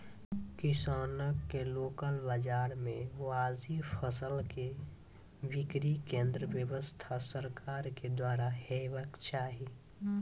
किसानक लोकल बाजार मे वाजिब फसलक बिक्री केन्द्रक व्यवस्था सरकारक द्वारा हेवाक चाही?